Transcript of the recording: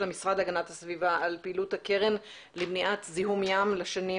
המשרד להגנת הסביבה על פעילות הקרן למניעת זיהום ים לשנים